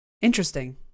Interesting